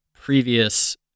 previous